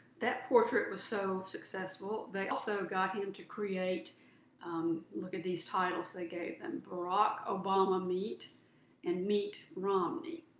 that portrait was so successful, they also got him to create um look at these titles they gave him. barack obamameat and meat romney.